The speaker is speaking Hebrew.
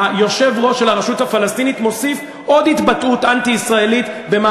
יש עוד התבטאות אנטי-ישראלית של יושב-ראש